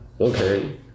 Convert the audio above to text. Okay